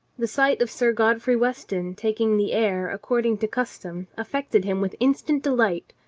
the sight of sir godfrey weston taking the air according to custom affected him with instant delight,